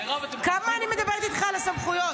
כמה אני מדברת איתך על הסמכויות?